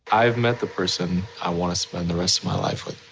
i've met the person i want to spend the rest of my life with.